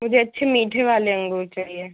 मुझे अच्छे मीठे वाले अंगूर चाहिए